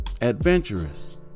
adventurous